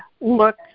look